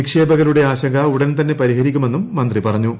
നിക്ഷേപകരുടെ ആശങ്ക ഉടൻ തന്നെ പരിഹരിക്കുമെന്നും മന്ത്രി പറഞ്ഞു